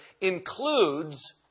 includes